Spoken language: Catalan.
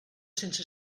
sense